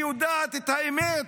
היא יודעת את האמת.